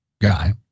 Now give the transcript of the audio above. guy